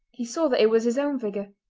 he saw that it was his own figure,